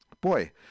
Boy